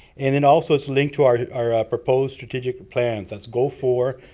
and then, also, it's linked to our our ah proposed strategic plans. that's goal four.